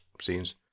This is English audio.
scenes